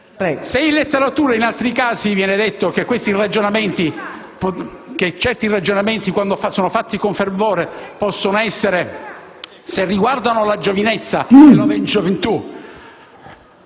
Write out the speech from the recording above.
Se in letteratura in altri casi viene detto che quando certi ragionamenti sono fatti con fervore possono essere, se riguardano la gioventù, la febbre